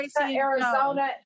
Arizona